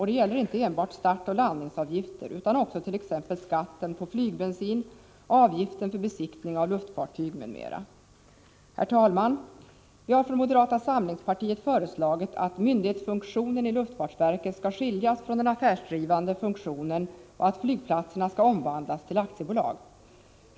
Det gäller inte enbart startoch landningsavgifter utan också t.ex. skatten på flygbensin, avgiften för besiktning för luftfartyg m.m. Herr talman! Vi har från moderata samlingspartiet föreslagit att myndighetsfunktionen i luftfartsverket skall skiljas från den affärsdrivande funktionen och att flygplatserna skall omvandlas till aktiebolag.